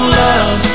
love